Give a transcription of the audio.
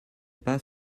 pas